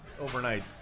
overnight